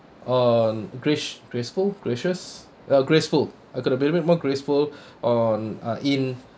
um graci~ graceful gracious uh graceful I could be a bit more graceful on uh in